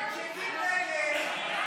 ארוחת כריך יומית בבית ספר